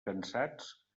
cansats